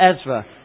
Ezra